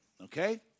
okay